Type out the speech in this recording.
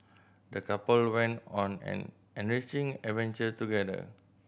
the couple went on an enriching adventure together